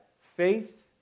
faith